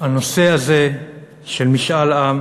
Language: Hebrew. הנושא הזה של משאל העם